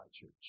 Church